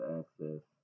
access